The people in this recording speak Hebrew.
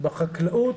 בחקלאות